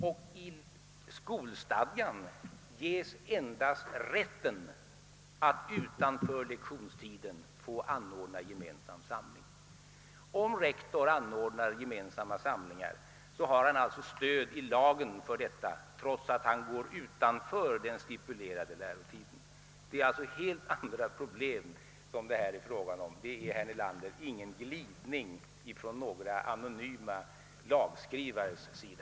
I skolstadgan ges endast rätten att utanför lektionstiden få anordna gemensam samling. Om rektor anordnar gemensamma samlingar utanför lektionstid har han alltså stöd i lagen för detta, trots att han går utanför den stipulerade lärotiden. Det är alltså här fråga om helt andra problem, och det förekommer inte, herr Nelander, någon glidning ifrån anonyma lagskrivares sida.